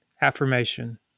affirmation